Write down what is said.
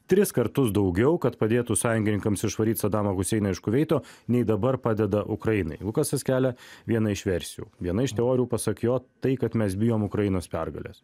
tris kartus daugiau kad padėtų sąjungininkams išvaryt sadamą huseiną iš kuveito nei dabar padeda ukrainai lukasas kelia vieną iš versijų viena iš teorijų pasak jo tai kad mes bijom ukrainos pergalės